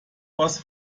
was